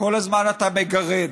כל הזמן אתה מגרד.